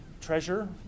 treasure